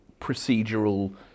procedural